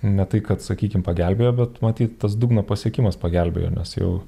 ne tai kad sakykim pagelbėjo bet matyt tas dugno pasiekimas pagelbėjo nes jau